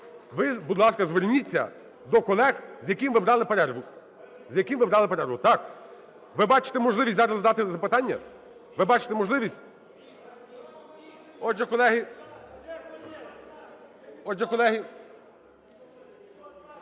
Ви, будь ласка, зверніться до колег, з якими ви брали перерву, з якими ви брали перерву. Так, ви бачите можливість зараз задати запитання, ви бачите можливість? Отже, колеги, лишилися